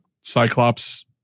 Cyclops